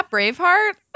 Braveheart